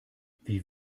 wie